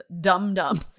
Dum-Dum